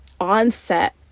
onset